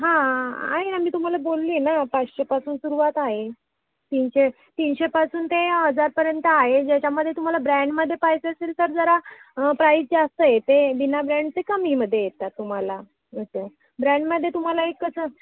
हा आहे ना मी तुम्हाला बोलली ना पाचशेपासून सुरुवात आहे तीनशे तीनशेपासून ते हजारपर्यंत आहे ज्याच्यामध्ये तुम्हाला ब्रँडमध्ये पाहिजे असेल तर जरा प्राईस जास्त येते बिना ब्रँडचे कमीमध्ये येतात तुम्हाला असं ब्रँडमध्ये तुम्हाला एक कसं